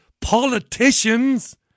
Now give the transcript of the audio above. Politicians